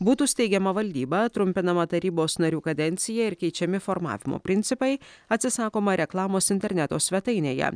būtų steigiama valdyba trumpinama tarybos narių kadencija ir keičiami formavimo principai atsisakoma reklamos interneto svetainėje